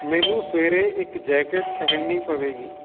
ਮੈਨੂੰ ਸਵੇਰੇ ਇੱਕ ਜੈਕਟ ਪਹਿਨਣੀ ਪਵੇਗੀ